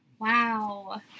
wow